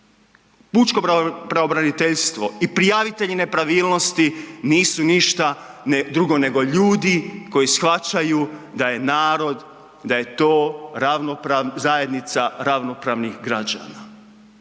Pučko pravobraniteljstvo i prijavitelji nepravilnosti nisu ništa drugo nego ljudi koji shvaćaju da je narod, da je to zajednica ravnopravnih građana.